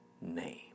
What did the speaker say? name